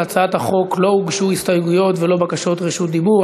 להצעת החוק לא הוגשו הסתייגויות ולא בקשות רשות דיבור.